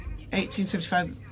1875